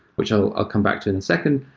which i'll come back to in a second.